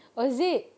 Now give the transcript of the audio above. oh is it